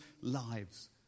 lives